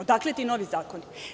Odakle ti novi zakoni?